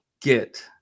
get